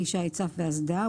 כלי שיט צף ואסדה,